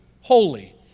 holy